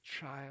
Child